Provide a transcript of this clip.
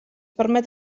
permet